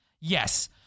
Yes